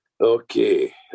Okay